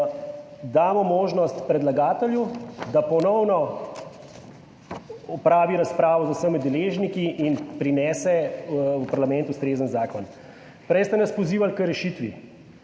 damo možnost predlagatelju, da ponovno opravi razpravo z vsemi deležniki in prinese v parlament ustrezen zakon. Prej ste nas pozivali k rešitvi.